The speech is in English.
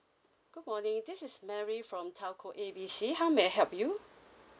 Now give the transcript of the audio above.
good morning this is mary from telco A B C how may I help you